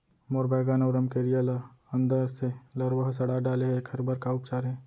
मोर बैगन अऊ रमकेरिया ल अंदर से लरवा ह सड़ा डाले हे, एखर बर का उपचार हे?